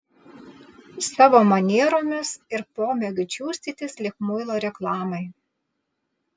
savo manieromis ir pomėgiu čiustytis lyg muilo reklamai